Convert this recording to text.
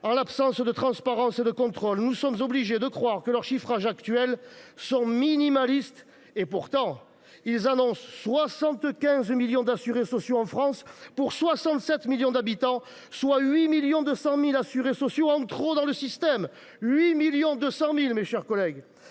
En l’absence de transparence et de contrôle, nous sommes obligés de croire que les chiffrages actuels sont minimalistes. Pourtant, ils annoncent 75 millions d’assurés sociaux en France pour 67 millions d’habitants, soit 8,2 millions d’assurés sociaux en trop dans le système ! La fraude sociale est